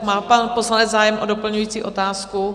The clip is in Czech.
Má poslanec zájem o doplňující otázku?